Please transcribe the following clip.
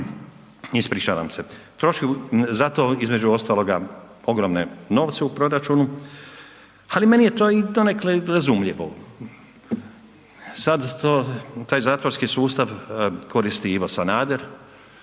ispričavam se, troši za to između ostaloga ogromne novce u proračunu, ali meni je to i donekle i razumljivo. Sad to, taj zatvorski sustav koristi Ivo Sanader,